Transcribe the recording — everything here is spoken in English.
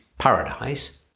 paradise